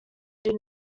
did